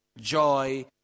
joy